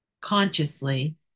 consciously